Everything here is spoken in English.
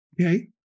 Okay